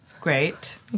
Great